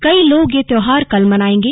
कई लोग यह त्योहार कल मनाएंगे